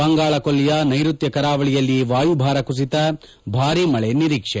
ಬಂಗಾಳಕೊಲ್ಲಿಯ ನೈರುತ್ಯ ಕರಾವಳಿಯಲ್ಲಿ ವಾಯುಭಾರ ಕುಸಿತ ಭಾರಿ ಮಳೆ ನಿರೀಕ್ಷೆ